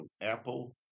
Apple